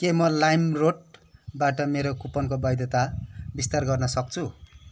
के म लाइमरोडबाट मेरो कुपनको वैधता विस्तार गर्नसक्छु